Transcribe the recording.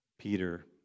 Peter